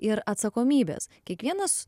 ir atsakomybės kiekvienas